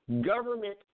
Government